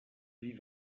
sie